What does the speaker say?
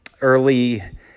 early